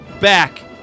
back